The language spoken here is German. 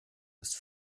ist